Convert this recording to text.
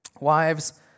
Wives